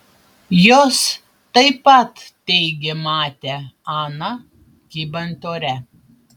jos taip pat teigė matę aną kybant ore